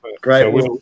great